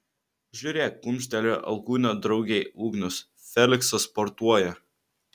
žiūrėk kumštelėjo alkūne draugei ugnius feliksas sportuoja